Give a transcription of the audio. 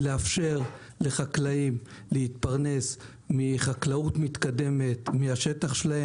לאפשר לחקלאים להתפרנס מחקלאות מתקדמת מהשטח שלהם,